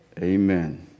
Amen